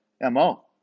MO